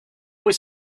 was